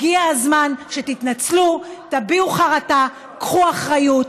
הגיע הזמן שתתנצלו, תביעו חרטה, קחו אחריות.